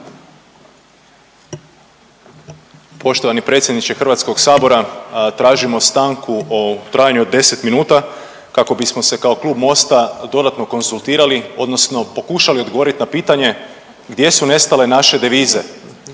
Poštovani predsjedniče HS-a. Tražimo stanku u trajanju od 10 minuta kako bismo se kao klub Mosta dodatno konzultirali odnosno pokušali odgovoriti na pitanje gdje su nestale naše devize.